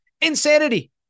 Insanity